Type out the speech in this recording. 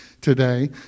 today